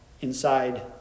inside